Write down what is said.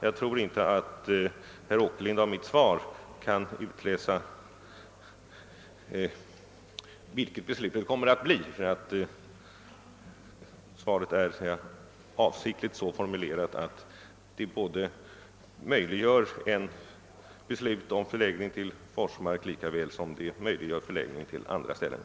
Jag tror inte att herr Åkerlind av mitt svar kan utläsa vilket beslutet kommer att bli, eftersom svaret avsiktligt är så formulerat att det möjliggör ett beslut om förläggning till Forsmark lika väl som till andra platser.